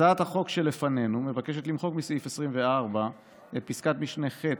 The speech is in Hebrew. הצעת החוק שלפנינו מבקשת למחוק מסעיף 24 את פסקת משנה (ח),